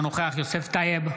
אינו נוכח יוסף טייב,